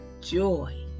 joy